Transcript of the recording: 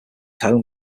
home